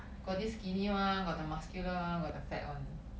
got this skinny one got the muscular one got the fat one